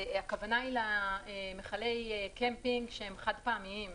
הכוונה היא למכלי קמפינג שהם חד-פעמיים,